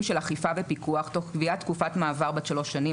של אכיפה ופיקוח תוך קביעת תקופת מעבר בת שלוש שנים",